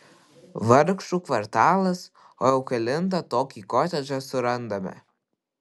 vargšų kvartalas o jau kelintą tokį kotedžą surandame